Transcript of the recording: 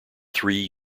three